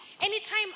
anytime